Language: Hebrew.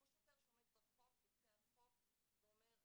כמו שוטר שעומד בקצה הרחוב ואומר,